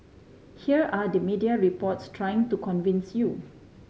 here are the media reports trying to convince you